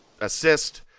assist